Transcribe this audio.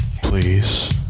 please